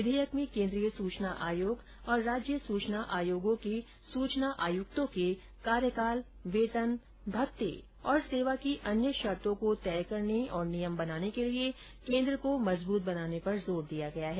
विधेयक में केंद्रीय सूचना आयोग और राज्य सूचना आयोगों के सूचना आयुक्तों के कार्यकालवेतन भत्ते और सेवा की अन्य शर्तों को तय करने और नियम बनाने के लिए केंद्र को मजबूत बनाने पर जोर दिया गया है